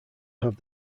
have